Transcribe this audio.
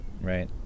Right